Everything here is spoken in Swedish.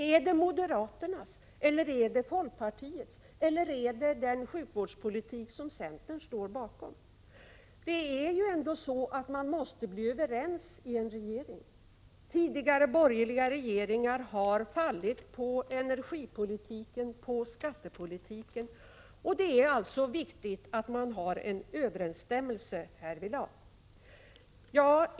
Är det moderaternas eller är det folkpartiets, eller är det den sjukvårdspolitik som centern står bakom? Man måste ändå bli överens inom en regering. Tidigare borgerliga regeringar har fallit på energipolitiken och skattepolitiken, och därför är det viktigt att det finns en överensstämmelse härvidlag.